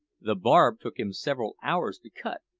the barb took him several hours to cut.